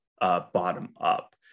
bottom-up